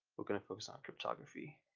we're gonna focus on cryptography.